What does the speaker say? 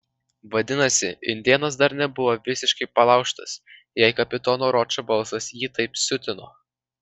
vadinasi indėnas dar nebuvo visiškai palaužtas jei kapitono ročo balsas jį taip siutino